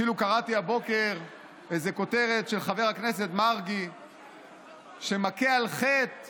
אפילו קראתי הבוקר כותרת של חבר הכנסת מרגי שמכה על חטא